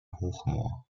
hochmoor